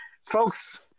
Folks